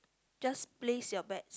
just place your bet